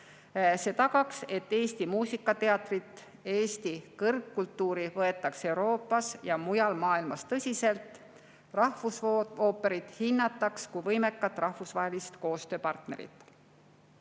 See tagaks, et Eesti muusikateatrit, Eesti kõrgkultuuri võetaks Euroopas ja mujal maailmas tõsiselt, rahvusooperit hinnataks kui võimekat rahvusvahelist koostööpartnerit.